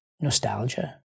nostalgia